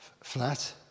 flat